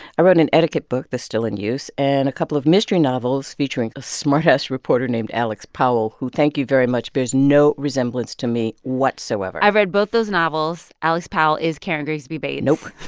i wrote an an etiquette book that's still in use and a couple of mystery novels featuring a smart-ass reporter named alex powell, who thank you very much bears no resemblance to me whatsoever i've read both those novels. alex powell is karen grigsby bates nope.